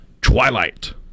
Twilight